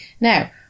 Now